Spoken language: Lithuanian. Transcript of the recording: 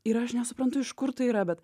ir aš nesuprantu iš kur tai yra bet